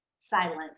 silence